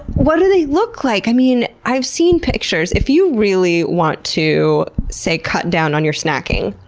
what do they look like? i mean, i've seen pictures. if you really want to, say, cut and down on your snacking,